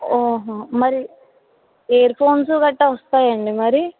మరి earphones గట్టా వస్తాయాండి మరి